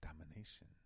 domination